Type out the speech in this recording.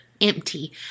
empty